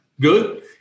good